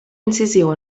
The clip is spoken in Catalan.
incisiu